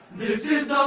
this is um